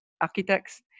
architects